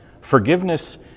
forgiveness